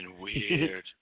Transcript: weird